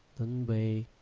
then we